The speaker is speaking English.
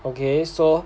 okay so